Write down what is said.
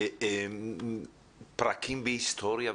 פרקים בהיסטוריה,